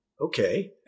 Okay